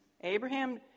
Abraham